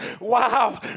wow